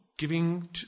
giving